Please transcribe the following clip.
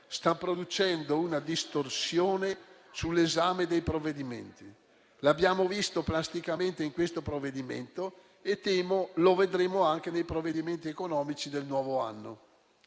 sta producendo una distorsione sull'esame dei provvedimenti. L'abbiamo visto plasticamente in questo provvedimento e temo che lo vedremo anche nei provvedimenti economici del nuovo anno.